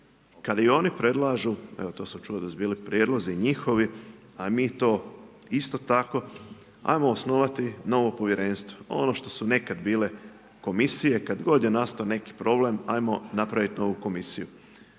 kada i oni predlažu, evo to sam čuo da su bili prijedlozi njihovi a mi to isto tako, ajmo osnovati novo povjerenstvo, ono što su nekada bile komisije, kad god je nastao neki problem ajmo napraviti novu komisiju.